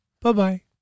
Bye-bye